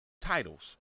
titles